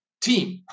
team